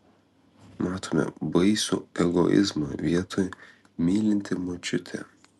matome baisų egoizmą vietoj mylinti močiutė